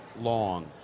long